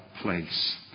place